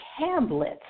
tablets